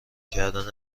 کردن